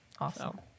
Awesome